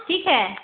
ٹھیک ہے